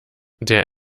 der